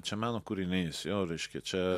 čia meno kūrinys jo reiškia čia